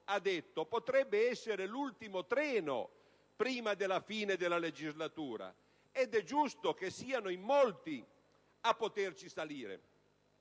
questo potrebbe essere l'ultimo treno prima della fine della legislatura, ed è giusto che siano in molti a poterci salire.